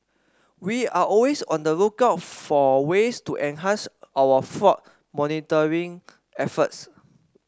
we are always on the lookout for ways to enhance our flood monitoring efforts